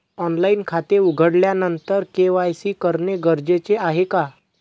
Online खाते उघडल्यानंतर KYC करणे गरजेचे आहे का?